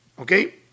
okay